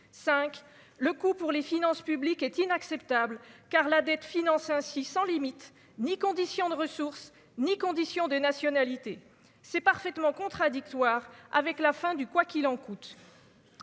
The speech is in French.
le coût pour les finances publiques est inacceptable car la dette finance ainsi sans limites ni condition de ressources, ni condition de nationalité, c'est parfaitement contradictoire avec la fin du quoi qu'il en coûte à